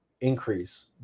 increase